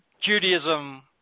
Judaism